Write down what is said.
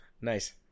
nice